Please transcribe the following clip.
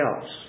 else